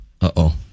Uh-oh